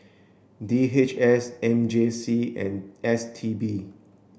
D H S M J C and S T B